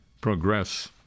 progress